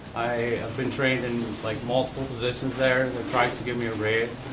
i've been trained in like multiple positions there. they're trying to give me a raise.